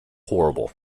horrible